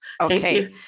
Okay